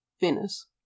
Venice